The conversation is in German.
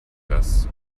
das